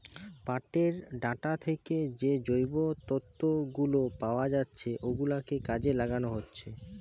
পাটের ডাঁটা থিকে যে জৈব তন্তু গুলো পাওয়া যাচ্ছে ওগুলো কাজে লাগানো হচ্ছে